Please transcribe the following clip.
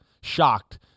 shocked